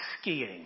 skiing